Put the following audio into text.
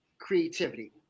Creativity